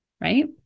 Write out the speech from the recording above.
right